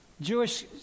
Jewish